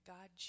God